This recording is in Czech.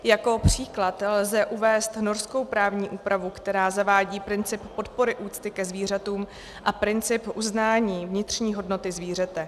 Jako příklad lze uvést norskou právní úpravu, která zavádí princip podpory úcty ke zvířatům a princip uznání vnitřní hodnoty zvířete.